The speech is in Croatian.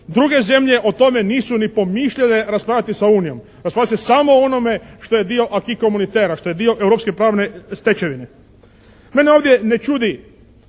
Druge zemlje o tome nisu ni pomišljale raspravljati sa unijom. Raspravlja se samo o onome što je dio Acqui Communitairea. Što je dio europske pravne stečevine. Mene ovdje ne čudi